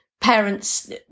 parents